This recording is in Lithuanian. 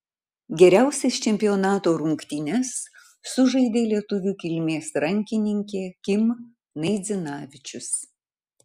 geriausias čempionato rungtynes sužaidė lietuvių kilmės rankininkė kim naidzinavičius